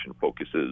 focuses